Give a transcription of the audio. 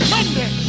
Monday